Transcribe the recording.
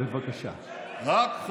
בבקשה.